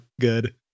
good